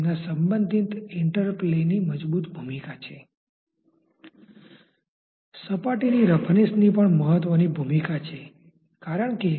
તેથી આ કંઈક છે જે ભૌતિક છે અને તે સમજવું મહત્વપૂર્ણ છે